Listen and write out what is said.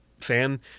fan